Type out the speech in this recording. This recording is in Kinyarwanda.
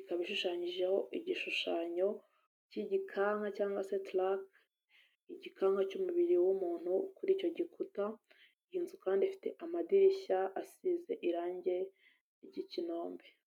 ikaba ishushanyijeho igishushanyo cy'igikanka cyangwa se taraka, igikanka cy'umubiri w'umuntu kuri icyo gikuta, iyi nzu kandi ifite amadirishya asize irangi ry'ikinombe.